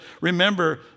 remember